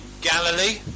Galilee